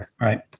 Right